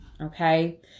okay